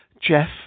Jeff